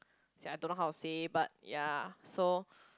is that I don't know to say but ya so